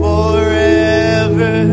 Forever